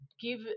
give